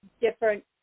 different